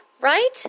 Right